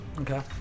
Okay